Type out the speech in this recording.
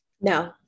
No